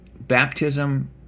Baptism